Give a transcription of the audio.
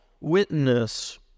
witness